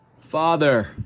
Father